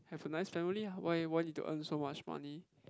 have a nice family (a) why why need to earn so much money